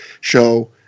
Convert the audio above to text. show